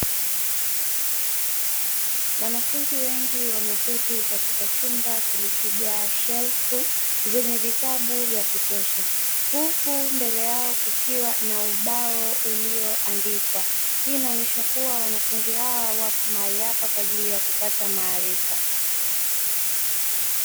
Wanafunzi wengi wameketi katika chumba kilichojaa shelfu zenye vitabu vya kutosha huku mbele yao kukiwa na ubao ulioandikwa. Hii inaashiria kuwa wanafunzi hawa wapo mahali hapa kwa ajili ya kupata maarifa.